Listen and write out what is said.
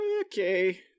okay